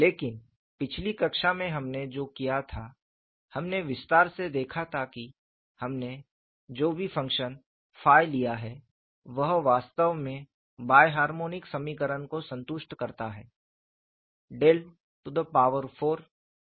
लेकिन पिछली कक्षा में हमने जो किया था हमने विस्तार से देखा था कि हमने जो भी फंक्शन लिया है वह वास्तव में बाय हार्मोनिक समीकरण को संतुष्ट करता है ⍢40 है